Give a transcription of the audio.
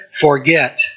forget